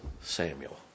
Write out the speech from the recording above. Samuel